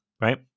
Right